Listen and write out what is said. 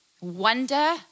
wonder